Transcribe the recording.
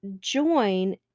join